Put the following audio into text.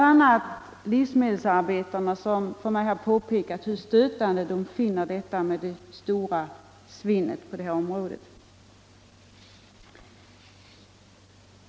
a. livsmedelsarbetarna har påpekat hur stötande de finner det stora svinnet på detta område.